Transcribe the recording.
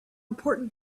important